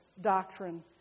doctrine